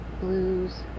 Blues